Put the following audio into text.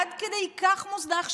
עד כדי כך מוזנח,